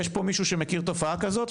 יש פה מישהו שמכיר תופעה כזאת?